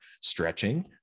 stretching